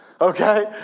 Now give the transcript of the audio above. okay